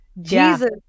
Jesus